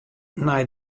nei